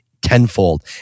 Tenfold